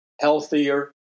healthier